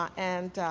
and,